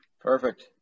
Perfect